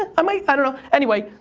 ah i might, i dunno, anyway,